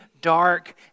dark